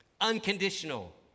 unconditional